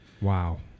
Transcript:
Wow